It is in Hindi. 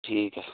ठीक है